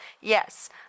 yes